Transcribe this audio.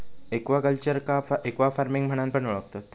एक्वाकल्चरका एक्वाफार्मिंग म्हणान पण ओळखतत